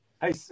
Hey